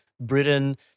Britain